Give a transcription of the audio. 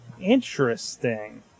Interesting